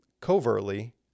covertly